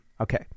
Okay